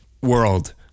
world